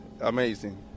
amazing